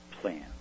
plan